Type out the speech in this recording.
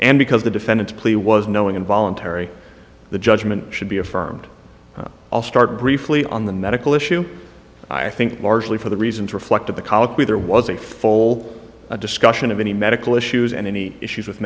end because the defendant's plea was knowing and voluntary the judgment should be affirmed i'll start briefly on the medical issue i think largely for the reasons reflected the colloquy there was a foal a discussion of any medical issues and any issues with